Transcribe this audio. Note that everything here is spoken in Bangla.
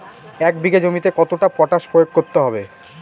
এক বিঘে জমিতে কতটা পটাশ প্রয়োগ করতে হবে?